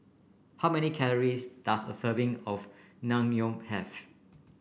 how many calories does a serving of Naengmyeon have